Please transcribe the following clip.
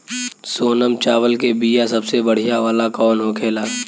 सोनम चावल के बीया सबसे बढ़िया वाला कौन होखेला?